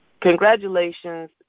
Congratulations